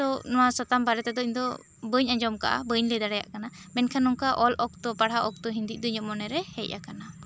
ᱛᱚ ᱱᱚᱣᱟ ᱥᱟᱛᱟᱢ ᱵᱟᱨᱮ ᱛᱮ ᱫᱚ ᱤᱧ ᱫᱚ ᱵᱟᱹᱧ ᱟᱸᱡᱚᱢ ᱠᱟᱜᱼᱟ ᱵᱟᱹᱧ ᱞᱟᱹᱭ ᱫᱟᱲᱮᱭᱟᱜ ᱠᱟᱱᱟ ᱢᱮᱱᱠᱷᱟᱱ ᱱᱚᱝᱠᱟ ᱚᱞ ᱚᱠᱛᱚ ᱯᱟᱲᱦᱟᱜ ᱚᱠᱛᱚ ᱦᱤᱫᱤᱡ ᱫᱚ ᱤᱧᱟᱹᱜ ᱢᱚᱱᱮ ᱨᱮ ᱦᱮᱡ ᱟᱠᱟᱱᱟ